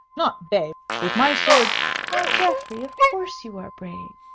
not they! with my sword now, geoffrey, of course you are brave.